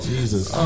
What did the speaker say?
Jesus